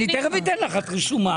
אגיד למה אני רוצה- - את רשומה.